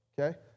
okay